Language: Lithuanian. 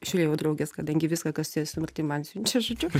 žiūrėjau draugės kadangi viską kas susiję su mirtim man siunčia žodžiu